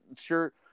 Sure